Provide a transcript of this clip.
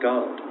God